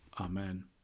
Amen